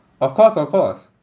of course of course